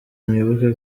mwibuke